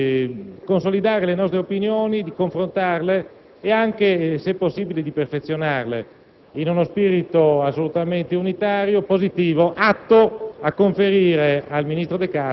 questo ci ha permesso di consolidare le nostre opinioni, confrontarle e anche - se possibile - perfezionarle, in uno spirito assolutamente unitario e positivo, atto